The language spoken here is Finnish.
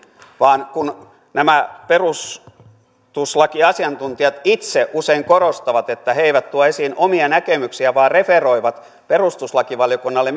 vaan kun nämä perustuslakiasiantuntijat itse usein korostavat että he eivät tuo esiin omia näkemyksiään vaan referoivat perustuslakivaliokunnalle